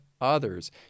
others